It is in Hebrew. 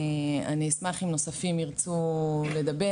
אני אשמח אם נוספים ירצו לדבר.